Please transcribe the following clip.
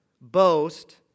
boast